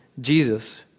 Jesus